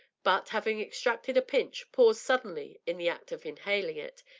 but, having extracted a pinch, paused suddenly in the act of inhaling it,